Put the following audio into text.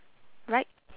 right